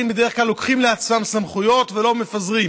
בדרך כלל לוקחים לעצמם סמכויות ולא מפזרים,